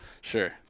Sure